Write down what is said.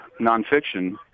nonfiction